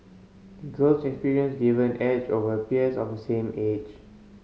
the girl's experience gave her an edge over peers of the same age